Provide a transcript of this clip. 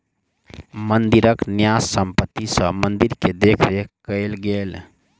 मंदिरक न्यास संपत्ति सॅ मंदिर के देख रेख कएल गेल